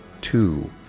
two